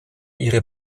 ihre